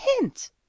hint